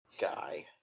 guy